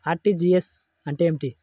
RTGS అంటే ఏమిటి?